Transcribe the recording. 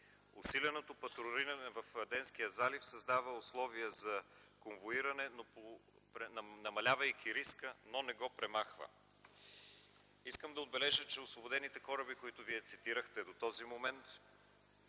Усиленото патрулиране в Аденския залив създава условия за конвоиране, намалявайки риска, но не го премахва. Искам да отбележа, че освободените кораби, които Вие цитирахте до този момент,